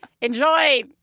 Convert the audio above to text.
enjoy